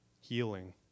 healing